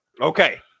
Okay